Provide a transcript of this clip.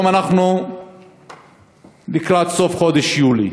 היום אנחנו לקראת סוף חודש יולי